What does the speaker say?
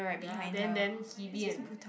ya then then hebe and